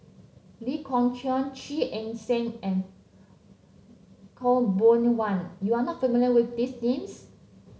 Lee Kong Chong Eng Seng and Khaw Boon Wan you are not familiar with these names